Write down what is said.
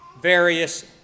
various